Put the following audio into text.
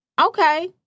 okay